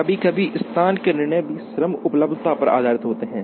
कभी कभी स्थान के निर्णय भी श्रम उपलब्धता पर आधारित होते हैं